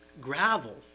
gravel